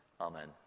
Amen